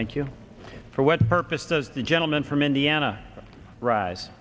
you for what purpose does the gentleman from indiana rise